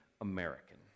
American